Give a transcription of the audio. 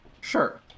Sure